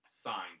signed